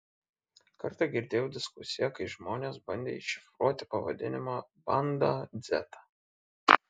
kartą girdėjau diskusiją kai žmonės bandė iššifruoti pavadinimą bandą dzeta